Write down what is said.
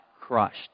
crushed